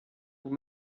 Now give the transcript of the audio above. vous